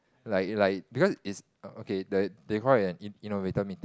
like like because is okay they they call it an in~ innovator meeting